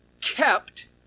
kept